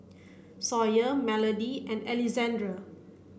Sawyer Melodie and Alexandr